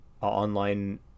online